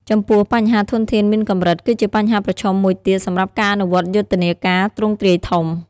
ចំពោះ បញ្ហាធនធានមានកម្រិត គឺជាបញ្ហាប្រឈមមួយទៀត សម្រាប់ការអនុវត្តយុទ្ធនាការទ្រង់ទ្រាយធំ។